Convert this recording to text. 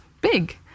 big